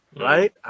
right